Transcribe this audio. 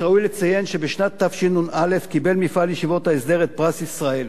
ראוי לציין שבשנת תשנ"א קיבל מפעל ישיבות ההסדר את פרס ישראל.